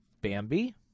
Bambi